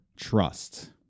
trust